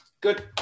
good